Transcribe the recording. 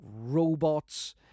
robots